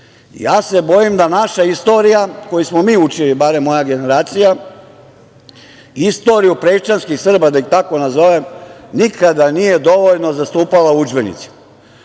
ja se bojim da naša istorija koju smo mi učili, barem moja generacija, istoriju prečanskih Srba, da ih tako nazovem, nikada nije dovoljno zastupala u udžbenicima.